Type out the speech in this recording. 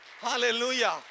Hallelujah